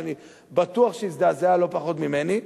שאני בטוח שהיא הזדעזעה לא פחות ממני.